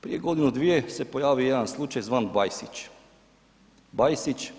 Prije godinu, dvije se pojavio jedan slučaj zvan Bajsić.